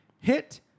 Hit